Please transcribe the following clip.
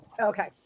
Okay